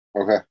Okay